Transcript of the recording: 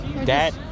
Dad